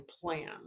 plan